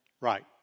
right